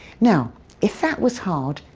now if that was hard,